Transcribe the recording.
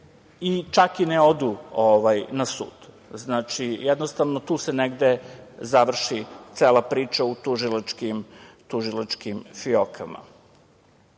čak i ne odu na sud. Znači, jednostavno tu se negde završi cela priča u tužilačkim fiokama. To